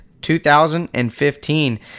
2015